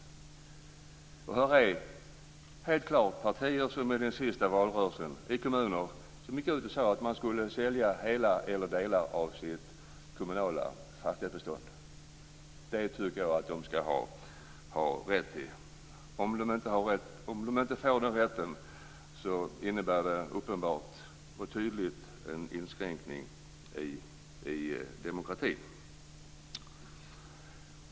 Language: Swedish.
Det finns helt klart partier i kommuner som i den senaste valrörelsen gick ut och sade att de ville sälja hela eller delar av det kommunala fastighetsbeståndet. Det tycker jag att de skall ha rätt till. Om de inte får den rätten innebär det en uppenbar inskränkning i demokratin.